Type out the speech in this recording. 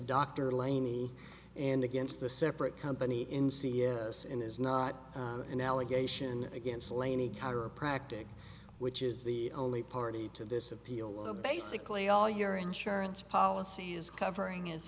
dr laney and against the separate company in c s and is not an allegation against lay any chiropractic which is the only party to this appeal of basically all your insurance policies covering